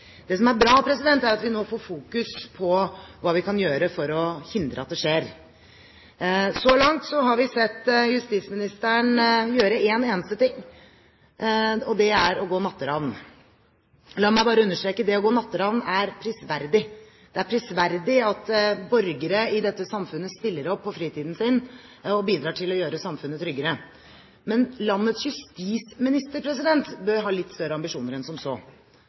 Det som er bra, er at vi nå får fokus på hva vi kan gjøre for å hindre at det skjer. Så langt har vi sett justisministeren gjøre en eneste ting, og det er å gå natteravn. La meg bare understreke: Det å gå natteravn er prisverdig. Det er prisverdig at borgere i dette samfunnet stiller opp på fritiden sin og bidrar til å gjøre samfunnet tryggere. Men landets justisminister bør ha litt større ambisjoner enn som så.